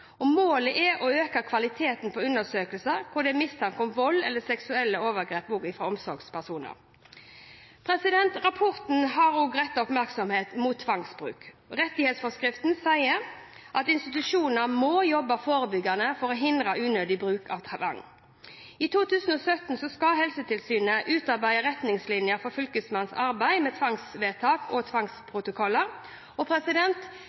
Målet er å øke kvaliteten på undersøkelser hvor det er mistanke om vold eller seksuelle overgrep fra omsorgspersoner. Rapporten har også rettet oppmerksomhet mot tvangsbruk. Rettighetsforskriften sier at institusjonene må jobbe forebyggende for å hindre unødig bruk av tvang. I 2017 skal Helsetilsynet utarbeide retningslinjer for Fylkesmannens arbeid med tvangsvedtak og